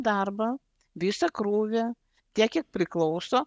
darbą visą krūvį tiek kiek priklauso